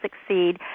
succeed